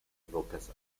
rocas